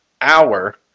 hour